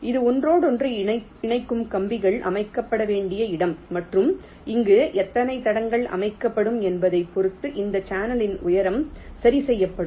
இது ஒன்றோடொன்று இணைக்கும் கம்பிகள் அமைக்கப்பட வேண்டிய இடம் மற்றும் இங்கு எத்தனை தடங்கள் அமைக்கப்படும் என்பதைப் பொறுத்து அந்த சேனலின் உயரம் சரி செய்யப்படும்